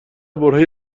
برههای